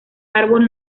árbol